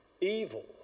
evil